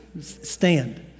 stand